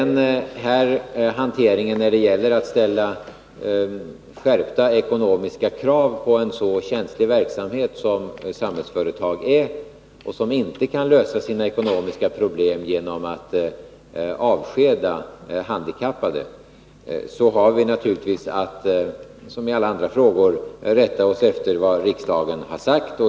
När det gäller att ställa skärpta ekonomiska krav på en så känslig verksamhet som den som bedrivs inom Samhällsföretag, som inte kan lösa sina ekonomiska problem genom att avskeda handikappade, har vi naturligtvis, som i alla andra frågor, att rätta oss efter vad riksdagen har sagt.